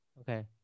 Okay